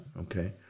okay